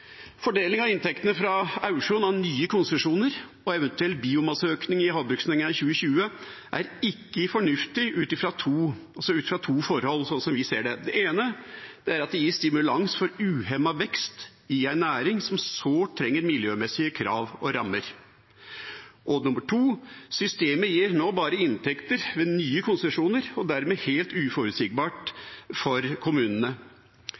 Fordeling av inntektene fra auksjon av nye konsesjoner og eventuell biomasseøkning i havbruksnæringen i 2020 er ikke fornuftig ut fra to forhold, sånn som vi ser det. Det ene er at det gir stimulans for uhemmet vekst i en næring som sårt trenger miljømessige krav og rammer. Det andre er at systemet nå bare gir inntekter ved nye konsesjoner og dermed er helt uforutsigbart for kommunene.